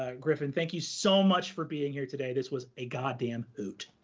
ah griffin. thank you so much for being here today. this was a god damn hoot.